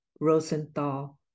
Rosenthal